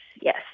yes